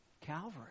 Calvary